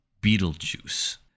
Beetlejuice